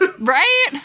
Right